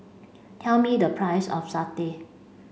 tell me the price of Satay